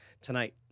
tonight